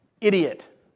idiot